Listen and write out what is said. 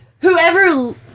Whoever